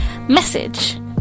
message